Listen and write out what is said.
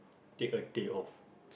take a day off